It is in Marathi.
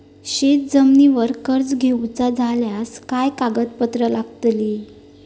शेत जमिनीवर कर्ज घेऊचा झाल्यास काय कागदपत्र लागतली?